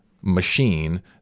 machine